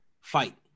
fight